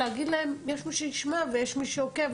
להגיד להן: יש מי שישמע ויש מי שעוקב.